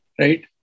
right